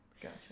Gotcha